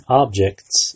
objects